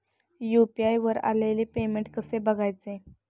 UPI वर आलेले payment कसे बघायचे?